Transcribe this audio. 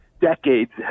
decades